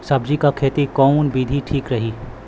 सब्जी क खेती कऊन विधि ठीक रही?